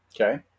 Okay